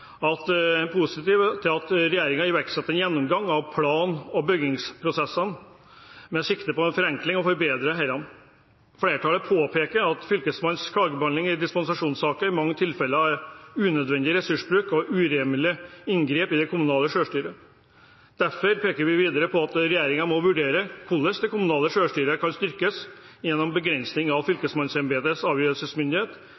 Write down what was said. vi er positive til at regjeringen har iverksatt en gjennomgang av plan- og byggesaksprosessene med sikte på å forenkle og forbedre disse. Flertallet påpeker at fylkesmennenes klagebehandling i dispensasjonssaker i mange tilfeller innebærer unødvendig ressursbruk og urimelig inngrep i det kommunale selvstyret. Derfor peker vi videre på at regjeringen må vurdere hvordan det kommunale selvstyret kan styrkes gjennom begrensninger i fylkesmannsembetenes avgjørelsesmyndighet